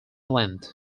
length